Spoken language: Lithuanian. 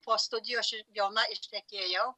po studijų aš jauna ištekėjau